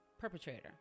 perpetrator